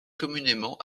communément